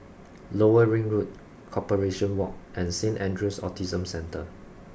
Lower Ring Road Corporation Walk and Saint Andrew's Autism Centre